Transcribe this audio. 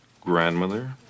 grandmother